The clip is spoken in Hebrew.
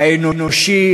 האנושי,